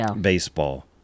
baseball